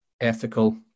ethical